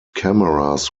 cameras